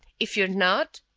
if you're not